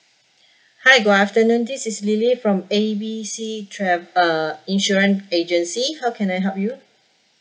hi good afternoon this is lily from A B C trav~ uh insurance agency how can I help you